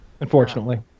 Unfortunately